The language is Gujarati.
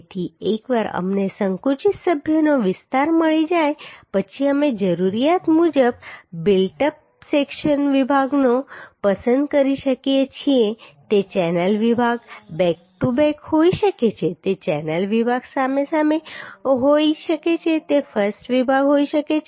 તેથી એકવાર અમને સંકુચિત સભ્યનો વિસ્તાર મળી જાય પછી અમે જરૂરિયાત મુજબ બિલ્ટ અપ વિભાગ પસંદ કરી શકીએ છીએ તે ચેનલ વિભાગ બેક ટુ બેક હોઈ શકે છે તે ચેનલ વિભાગ સામ સામે હોઈ શકે છે તે I વિભાગ હોઈ શકે છે